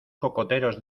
cocoteros